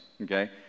okay